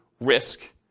risk